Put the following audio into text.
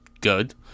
Good